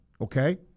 okay